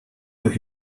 with